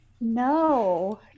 No